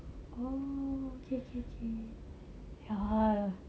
oh K K K ya